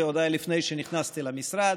זה עוד היה לפני שנכנסתי למשרד.